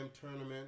tournament